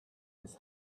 his